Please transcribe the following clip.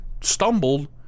stumbled